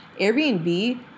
Airbnb